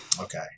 Okay